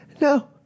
no